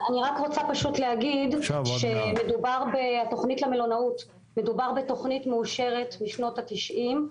אני רק רוצה להגיד שמדובר בתכנית מאושרת משנות ה-90.